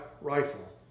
rifle